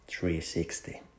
360